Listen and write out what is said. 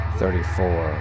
thirty-four